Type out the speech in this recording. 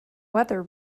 weather